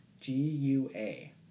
G-U-A